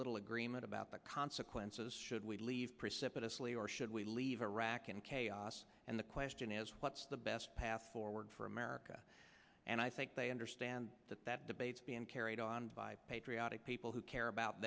little agreement about the consequences should we leave precipitously or should we leave iraq in chaos and the question is what's the best path forward for america and i think they understand that that debates being carried on by patriotic people who care about